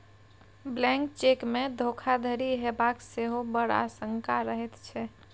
blank चेकमे धोखाधड़ी हेबाक सेहो बड़ आशंका रहैत छै